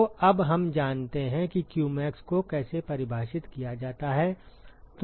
तो अब हम जानते हैं कि qmax को कैसे परिभाषित किया जाता है